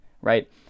Right